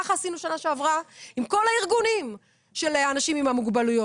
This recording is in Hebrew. ככה עשינו שנה שעברה עם כל הארגונים של האנשים עם המוגבלויות.